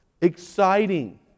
exciting